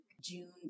June